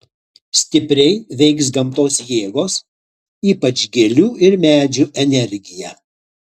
stipriai veiks gamtos jėgos ypač gėlių ir medžių energija